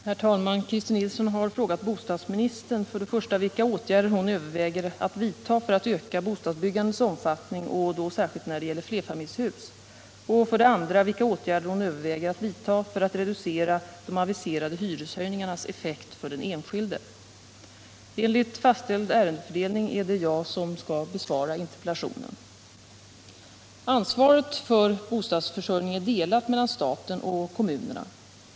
Herr talman! Christer Nilsson har frågat bostadsministern 1. vilka åtgärder hon överväger att vidta för att öka bostadsbyggandets omfattning och då särskilt när det gäller flerfamiljshus, 2. vilka åtgärder hon överväger att vidta för att reducera de aviserade hyreshöjningarnas effekt för den enskilde. Enligt fastställd ärendefördelning är det jag som skall besvara interpellationen. Ansvaret för bostadsförsörjningen är delat mellan staten och kommunerna.